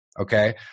Okay